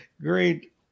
Great